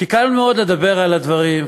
כי קל מאוד לדבר על הדברים,